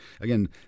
again